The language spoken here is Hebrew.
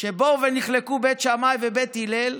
באו ונחלקו בית שמאי ובית הלל,